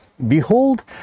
Behold